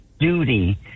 duty